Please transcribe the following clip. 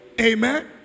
Amen